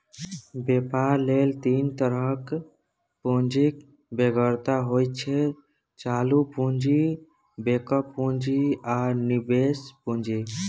बेपार लेल तीन तरहक पुंजीक बेगरता होइ छै चालु पुंजी, बैकअप पुंजी आ निबेश पुंजी